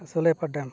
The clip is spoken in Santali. ᱥᱩᱞᱟᱹᱭᱯᱟᱲ ᱰᱮᱢ